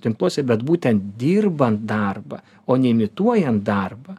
tinkluose bet būtent dirbant darbą o ne imituojant darbą